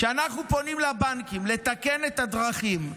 כשאנחנו פונים לבנקים לתקן את הדרכים,